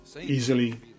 easily